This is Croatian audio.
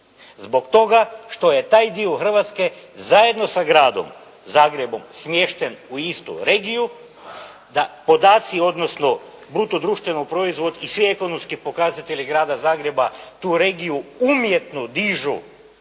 zbog toga što je taj dio Hrvatske zajedno sa Gradom Zagrebom smješten u istu regiju, da podaci, odnosno bruto društveni proizvod i svi ekonomski pokazatelji Grada Zagreba tu regiju umjetno dižu